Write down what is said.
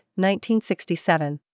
1967